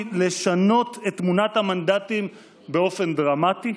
לשנות את תמונת המנדטים באופן דרמטי,